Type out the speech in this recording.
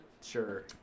Sure